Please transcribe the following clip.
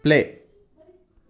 play